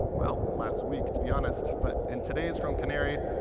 well, last week, to be honest. but in today's chrome canary,